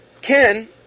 Ken